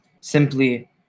simply